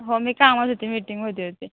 हो मी काम होते मीटिंगमध्ये होते